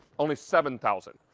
only seven thousand.